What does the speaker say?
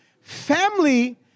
Family